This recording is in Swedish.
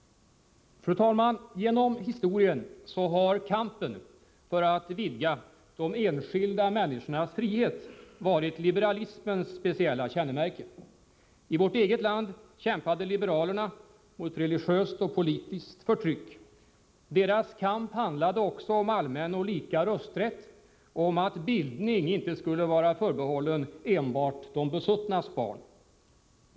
Fru talman! Genom historien har kampen för att vidga de enskilda människornas frihet varit liberalismens speciella kännemärke. I vårt eget land kämpade liberalerna mot religiöst och politiskt förtryck. Deras kamp handlade också om allmän och lika rösträtt och om att bildning inte skulle vara förbehållen enbart de besuttnas barn.